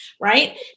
right